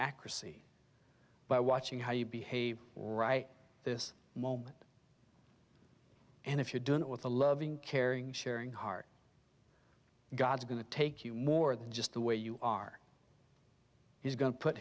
accuracy by watching how you behave right this moment and if you're doing it with a loving caring sharing heart god is going to take you more than just the way you are he's go